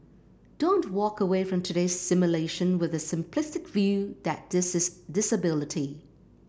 don't walk away from today's simulation with the simplistic view that this is disability